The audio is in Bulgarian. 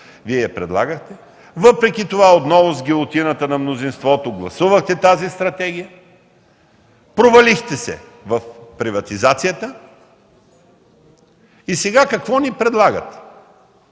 Вие я предлагахте. Въпреки това отново с гилотината на мнозинството гласувахте тази стратегия. Провалихте се в приватизацията и сега какво ни предлагате?